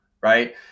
Right